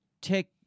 take